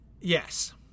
yes